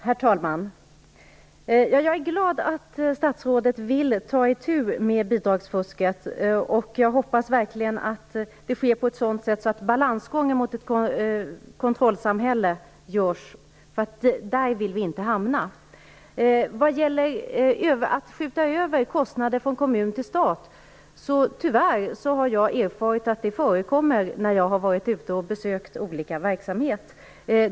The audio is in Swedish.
Herr talman! Jag är glad över att statsrådet vill ta itu med bidragsfusket. Jag hoppas verkligen att det sker på ett sådant sätt att man balanserar risken för ett kontrollsamhälle, för där vill vi inte hamna. Vad gäller att skjuta över kostnader från kommun till stat har jag vid besök av olika verksamheter tyvärr erfarit att det förekommer.